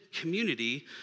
community